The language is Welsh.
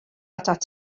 atat